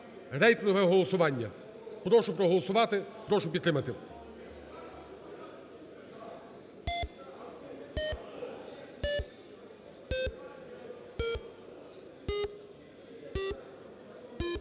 рейтингове голосування. Прошу проголосувати, прошу підтримати.